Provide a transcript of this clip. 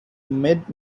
mid